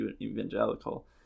evangelical